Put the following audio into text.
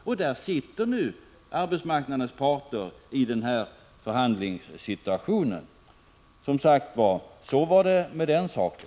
Därför sitter nu arbetsmarknadens parter i denna förhandlingssituation. Som sagt var: Så var det med den saken.